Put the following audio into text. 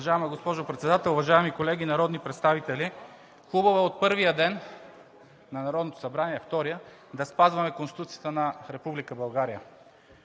Уважаема госпожо Председател, уважаеми колеги народни представители! Хубаво е от втория ден на Народното събрание да спазваме Конституцията на Република